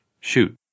Shoot